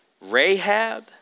Rahab